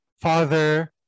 Father